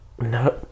No